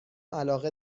علاقه